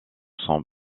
sans